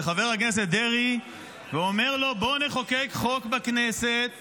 לחבר הכנסת דרעי ואומר לו: בוא נחוקק חוק בכנסת